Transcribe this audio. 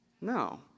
No